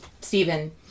Stephen